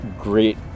great